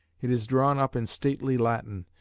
it is drawn up in stately latin.